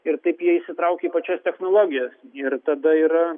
ir taip jie įsitraukia į pačias technologijos ir tada yra